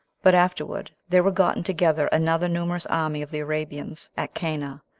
but afterward there were gotten together another numerous army of the arabians, at cana,